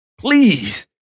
Please